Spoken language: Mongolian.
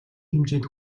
хэмжээнд